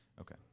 Okay